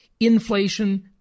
inflation